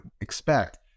expect